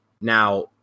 now